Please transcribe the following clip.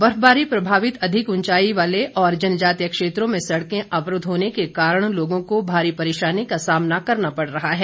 बर्फबारी प्रभावित अधिक उंचाई वाले और जनजातीय क्षेत्रों में सड़कें अवरूद्व होने के कारण लोगों को भारी परेशानी का सामना करना पड़ रहा है